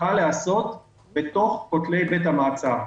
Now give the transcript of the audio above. צריכה להיעשות בתוך כותלי בתי המעצר.